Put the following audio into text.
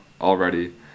already